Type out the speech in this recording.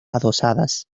adosadas